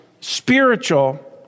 spiritual